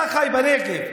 אתה חי בנגב.